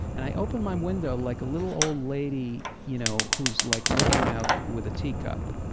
and i open my window like a little old lady, you know, who's like looking out with a teacup,